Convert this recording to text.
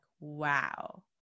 wow